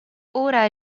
ora